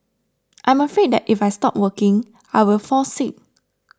I am afraid that if I stop working I will fall sick